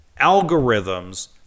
algorithms